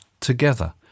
together